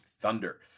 Thunder